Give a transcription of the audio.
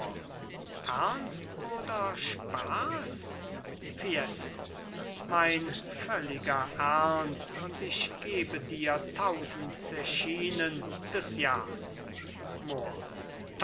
ernst oder spaß fiesco mein völliger ernst und gebe dir tausend zechinen des jahrs mohr